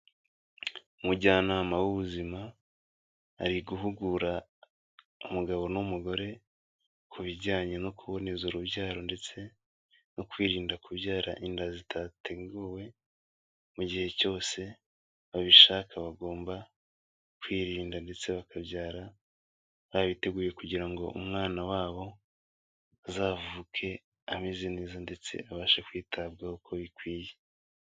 Umujyanama w'ubuzima ari guhugura umugabo n'umugore ku bijyanye no kuboneza urubyaro ndetse no kwirinda kubyara inda zitateguwe, mu gihe cyose babishaka bagomba kwirinda ndetse bakabyara babiteguye kugira ngo umwana wabo azavuke ameze neza ndetse abashe kwitabwaho uko bikwiye.